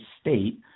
state